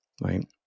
right